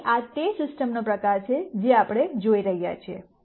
તેથી આ તે સિસ્ટમનો પ્રકાર છે જે આપણે જોઈ રહ્યા છીએ